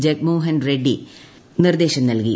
ജഗൻ മോഹൻ റെഡ്സി നിർദ്ദേശം നൽകി